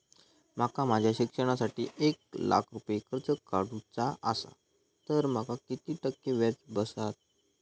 माका माझ्या शिक्षणासाठी एक लाख रुपये कर्ज काढू चा असा तर माका किती टक्के व्याज बसात?